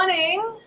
Morning